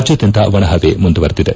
ರಾಜ್ಲಾದ್ಲಂತ ಒಣಹವೆ ಮುಂದುವರೆದಿದೆ